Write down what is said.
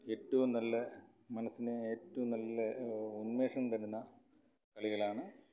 ഏറ്റവും നല്ല മനസ്സിന് ഏറ്റവും നല്ല ഉന്മേഷം തരുന്ന കളികളാണ്